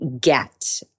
get